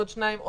עוד שניים,